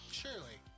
surely